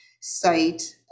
site